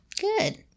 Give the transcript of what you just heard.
Good